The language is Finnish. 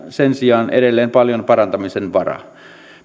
sen sijaan edelleen paljon parantamisen varaa